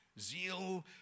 Zeal